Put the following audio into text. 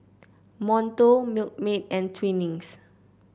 Monto Milkmaid and Twinings